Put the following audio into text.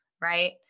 right